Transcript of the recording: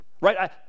right